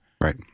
Right